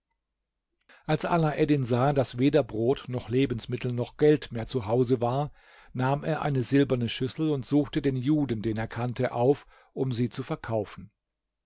als alaeddin sah daß weder brot noch lebensmittel noch geld mehr zu hause war nahm er eine silberne schüssel und suchte den juden den er kannte auf um sie zu verkaufen